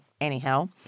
Anyhow